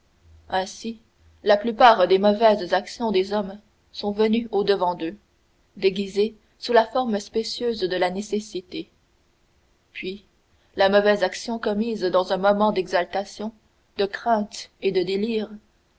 ainsi la plupart des mauvaises actions des hommes sont venues au-devant d'eux déguisées sous la forme spécieuse de la nécessité puis la mauvaise action commise dans un moment d'exaltation de crainte et de délire